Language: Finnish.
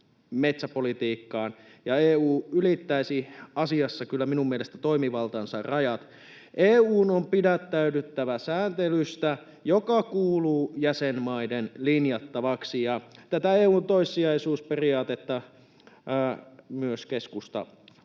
EU ylittäisi asiassa kyllä minun mielestäni toimivaltansa rajat. EU:n on pidättäydyttävä sääntelystä, joka kuuluu jäsenmaiden linjattavaksi, ja tätä EU:n toissijaisuusperiaatetta myös keskusta